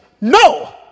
No